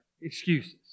excuses